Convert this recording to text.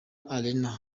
arena